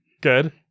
good